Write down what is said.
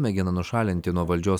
mėgina nušalinti nuo valdžios